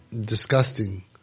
disgusting